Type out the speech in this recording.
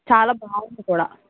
చాలా బాగుంది కూడా